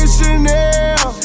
Chanel